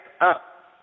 up